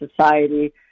society